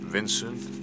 Vincent